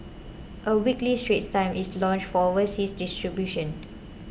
a weekly Straits Times is launched for overseas distribution